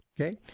okay